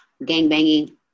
gangbanging